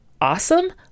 awesome